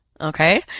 okay